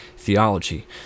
theology